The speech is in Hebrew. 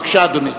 בבקשה, אדוני.